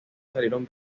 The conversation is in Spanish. salieron